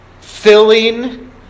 filling